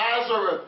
Nazareth